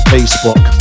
Facebook